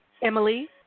Emily